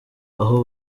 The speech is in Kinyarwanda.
aho